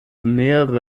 nähere